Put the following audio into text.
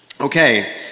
Okay